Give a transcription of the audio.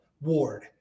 Ward